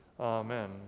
Amen